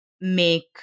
make